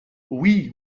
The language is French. oui